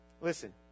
Listen